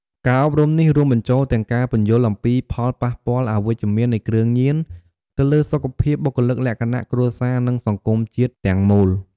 ការអប់រំនេះរួមបញ្ចូលទាំងការពន្យល់អំពី ផលប៉ះពាល់អវិជ្ជមាននៃគ្រឿងញៀន ទៅលើសុខភាព បុគ្គលិកលក្ខណៈ គ្រួសារ និងសង្គមជាតិទាំងមូល។